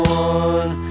one